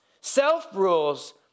Self-rules